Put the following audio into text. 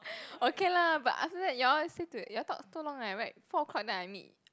okay lah but after that you all still to you all talk too long leh right four o-clock then I meet